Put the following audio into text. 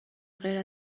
غیر